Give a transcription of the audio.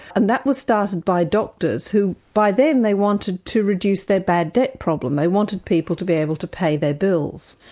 and that was started by doctors, who by then they wanted to reduce their bad debt problem. they wanted people to be able to pay their bills.